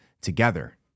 together